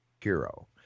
hero